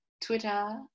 Twitter